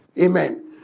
amen